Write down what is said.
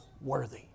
worthy